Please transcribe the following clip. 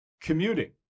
commuting